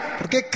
Porque